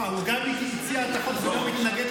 מה, הוא גם הציע את החוק וגם מתנגד לחוק?